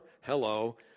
Hello